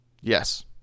Yes